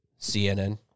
CNN